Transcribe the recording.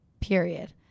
Period